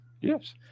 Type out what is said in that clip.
Yes